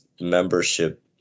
membership